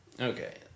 Okay